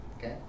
Okay